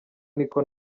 niko